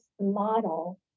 model